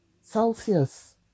Celsius